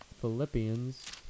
Philippians